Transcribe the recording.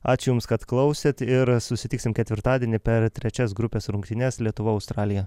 ačiū jums kad klausėt ir susitiksim ketvirtadienį per trečias grupės rungtynes lietuva australija